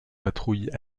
patrouilles